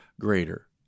greater